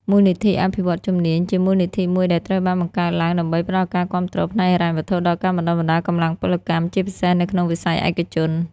មូលនិធិអភិវឌ្ឍន៍ជំនាញ ជាមូលនិធិមួយដែលត្រូវបានបង្កើតឡើងដើម្បីផ្តល់ការគាំទ្រផ្នែកហិរញ្ញវត្ថុដល់ការបណ្តុះបណ្តាលកម្លាំងពលកម្ម ជាពិសេសនៅក្នុងវិស័យឯកជន។